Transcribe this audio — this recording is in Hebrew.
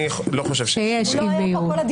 אני לא חושב שיש אי-בהירות.